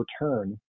return